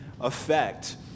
effect